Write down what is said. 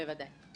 בוודאי.